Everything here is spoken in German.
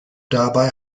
dabei